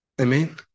Amen